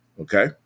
okay